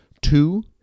two